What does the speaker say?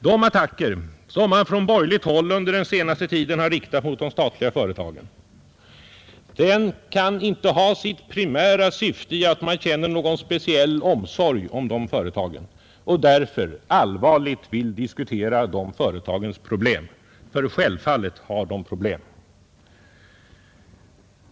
De attacker, som man från borgerligt håll under den senaste tiden har riktat mot de statliga företagen, kan inte ha sitt primära syfte i att man känner någon speciell omsorg om dessa företag och därför allvarligt vill diskutera dessa företags problem, för självfallet har de problem.